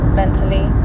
mentally